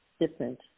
different